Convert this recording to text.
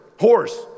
horse